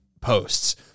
posts